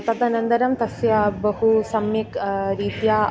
तदनन्दरं तस्य बहु सम्यक् रीत्या